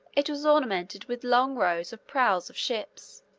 it was ornamented with long rows of prows of ships,